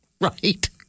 Right